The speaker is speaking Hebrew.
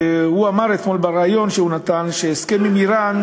והוא אמר אתמול בריאיון שהוא נתן, שהסכם עם איראן,